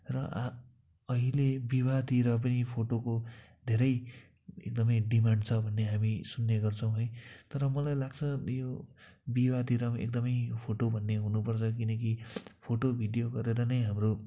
र आ अहिले विवाहतिर पनि फोटोको धेरै एकदमै डिमान्ड छ भन्ने हामी सुन्ने गर्छौ है तर मलाई लाग्छ यो विवाहतिर पनि एकदमै फोटो भन्ने हुनु पर्छ किनकि फोटो भिडियो गरेर नै हाम्रो